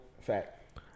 Fact